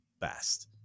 best